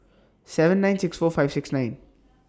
seven nine six four five six nine